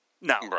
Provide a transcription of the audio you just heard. no